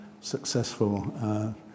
successful